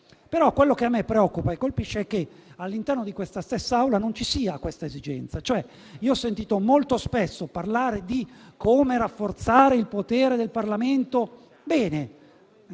Ciò che mi preoccupa e colpisce è che, all'interno di questa stessa Assemblea, non si rilevi questa esigenza. Ho sentito molto spesso parlare di come rafforzare il potere del Parlamento: bene;